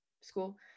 school